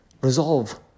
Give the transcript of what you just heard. resolve